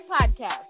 podcast